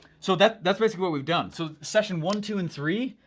so that's that's basically what we've done. so session one, two and three,